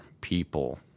people